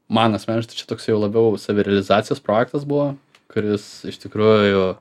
man asmeniš tai čia toks jau labiau savirealizacijos projektas buvo kuris iš tikrųjų